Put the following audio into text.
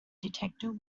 detector